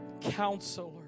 counselor